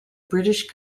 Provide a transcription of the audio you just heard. british